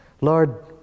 Lord